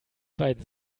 beiden